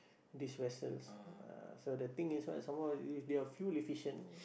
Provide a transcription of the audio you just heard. these vessels uh so the thing is what some more if you're fuel efficient